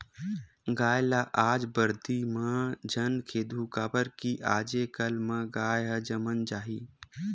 गाय ल आज बरदी म झन खेदहूँ काबर कि आजे कल म गाय ह जनम जाही